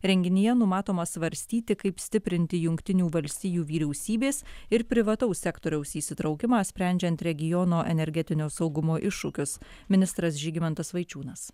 renginyje numatoma svarstyti kaip stiprinti jungtinių valstijų vyriausybės ir privataus sektoriaus įsitraukimą sprendžiant regiono energetinio saugumo iššūkius ministras žygimantas vaičiūnas